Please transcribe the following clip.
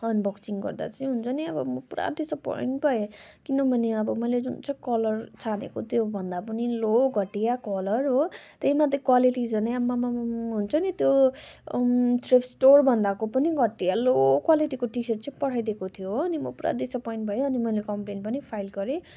unboxing गर्दा चाहिँ हुन्छ नि अब म पुरा डिसएपइन्ट भएँ किनभने आब मैले जुन चाहिँ कलर छानेको त्योभन्दा पनि लो घटिया कलर हो त्यहीमाथि क्वालिटी झनै आम्मामा हुन्छ नि त्यो स्टोरभन्दाको पनि घटिया लो क्वालिटीको टिसर्ट चाहिँ पठाइदिएको तियो हो अनि म पुरा डिसएपइन्ट भएँ अनि म पुरा मैले कम्प्लेन पनि फाइल गरेँ